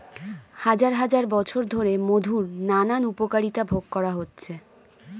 হাজার হাজার বছর ধরে মধুর নানান উপকারিতা ভোগ করা হচ্ছে